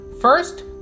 First